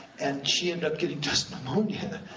and she ended up getting dust pneumonia.